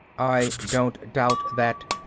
i don't doubt that.